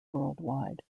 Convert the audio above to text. worldwide